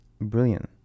brilliant